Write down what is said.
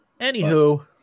anywho